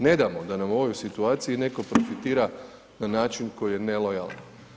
Ne damo da nam u ovoj situaciji netko profitira na način koji je nelojalan.